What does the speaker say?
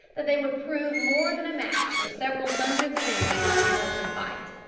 that they would prove more than a match for several hundreds of indians in open fight.